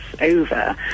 over